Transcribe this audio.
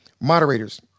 Moderators